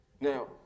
Now